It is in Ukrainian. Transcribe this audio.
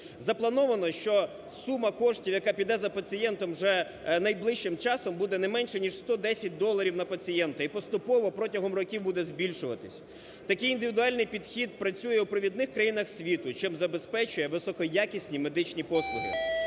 Заплановано, що сума коштів, яка піде за пацієнтом вже найближчим часом, буде не менше ніж 110 доларів на пацієнта, і поступово протягом років буде збільшуватись. Такий індивідуальний підхід працює у провідних країнах світу, що забезпечує високоякісні медичні послуги.